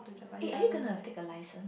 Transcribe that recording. eh are you gonna take a license